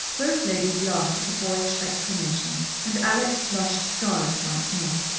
both ladies laughed at the boyish exclamation, and alex flushed scarlet once more.